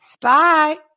Bye